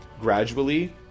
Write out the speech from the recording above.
gradually